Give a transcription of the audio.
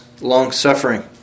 long-suffering